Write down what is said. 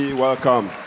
welcome